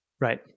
Right